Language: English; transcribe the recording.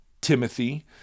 Timothy